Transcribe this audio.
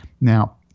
Now